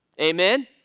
Amen